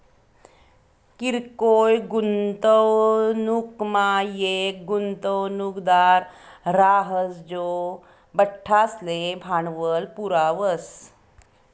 किरकोय गुंतवणूकमा येक गुंतवणूकदार राहस जो बठ्ठासले भांडवल पुरावस